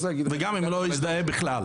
180 ימים וגם אם הוא לא מזדהה בכלל.